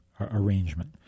arrangement